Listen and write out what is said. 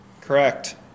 correct